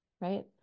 right